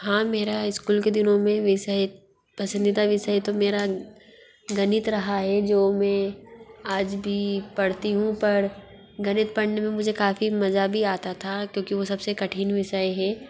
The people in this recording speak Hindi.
हाँ मेरा एस्कूल के दिनों में विषय पसंदीदा विषय तो मेरा गणित रहा है जो मैं आज भी पढ़ती हूँ पर गणित पढ़ने मे मुझे काफ़ी मज़ा भी आता था क्योंकि वो सब से कठिन विषय है